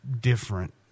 different